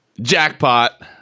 Jackpot